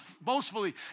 boastfully